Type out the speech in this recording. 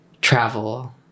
travel